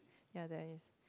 ya there is